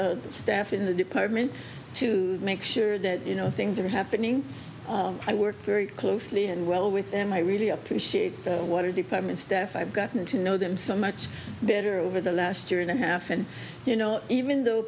with the staff in the department to make sure that you know things are happening i work very closely and well with them i really appreciate the water department staff i've gotten to know them so much better over the last year and a half and you know even though